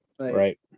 right